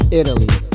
italy